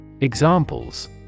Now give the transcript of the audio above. Examples